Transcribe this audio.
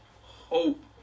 hope